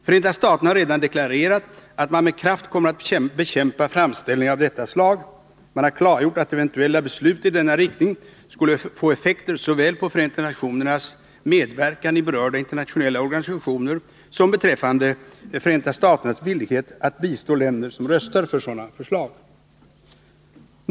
Förenta staterna har redan deklarerat att man med kraft kommer att bekämpa framställningar av detta slag. Man har klargjort att eventuella beslut i denna riktning skulle få effekter såväl på Förenta nationernas medverkan i berörda internationella organisationer som beträffande Förenta staternas villighet att bistå länder som röstar för sådana förslag.